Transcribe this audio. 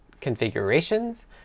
configurations